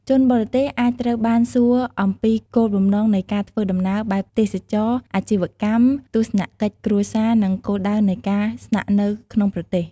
ជនបរទេសអាចត្រូវបានសួរអំពីគោលបំណងនៃការធ្វើដំណើរ បែបទេសចរណ៍ អាជីវកម្ម ទស្សនកិច្ចគ្រួសារ និងគោលដៅនៃការស្នាក់នៅក្នុងប្រទេស។